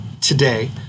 today